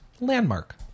Landmark